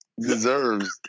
Deserves